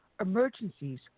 Emergencies